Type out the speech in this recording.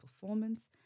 performance